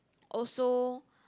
also